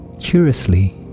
Curiously